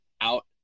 out